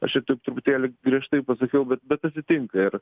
aš čia taip truputėlį prieš tai pasakiau bet bet atsitinka ir